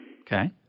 Okay